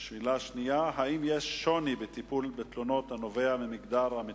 2. האם יש שוני בטיפול בתלונות הנובע ממגדר המתלונן?